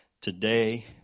today